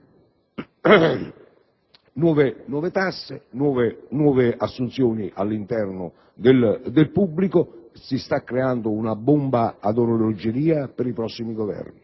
Nuove tasse, nuove assunzioni all'interno del pubblico; si sta creando una bomba a orologeria per i prossimi Governi,